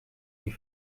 die